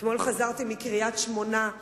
אתמול חזרתי מקריית-שמונה,